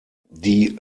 die